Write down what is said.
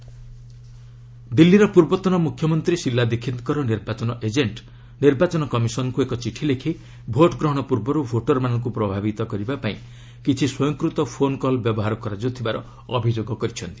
Congress EC ଦିଲ୍ଲୀର ପୂର୍ବତନ ମୁଖ୍ୟମନ୍ତ୍ରୀ ଶିଲା ଦିକ୍ଷୀତଙ୍କର ନିର୍ବାଚନ ଏଜେଣ୍ଟ ନିର୍ବାଚନ କମିଶନ୍ଙ୍କୁ ଏକ ଚିଠି ଲେଖି ଭୋଟଗ୍ରହଣ ପୂର୍ବରୁ ଭୋଟରମାନଙ୍କୁ ପ୍ରଭାବିତ କରିବା ପାଇଁ କିଛି ସ୍ୱୟଂକୃତ ଫୋନ୍ କଲ୍ ବ୍ୟବହାର କରାଯାଉଥିବାର ଅଭିଯୋଗ କରିଛନ୍ତି